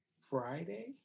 friday